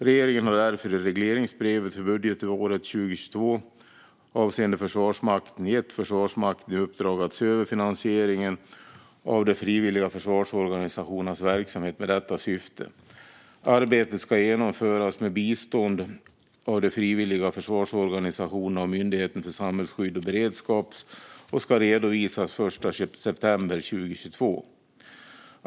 Regeringen har därför i regleringsbrevet för budgetåret 2022 avseende Försvarsmakten gett Försvarsmakten i uppdrag att se över finansieringen av de frivilliga försvarsorganisationernas verksamhet med detta syfte. Arbetet ska genomföras med bistånd av de frivilliga försvarsorganisationerna och Myndigheten för samhällsskydd och beredskap och ska redovisas den 1 september 2022.